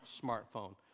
smartphone